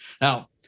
Now